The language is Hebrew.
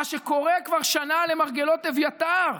מה שקורה כבר שנה למרגלות אביתר,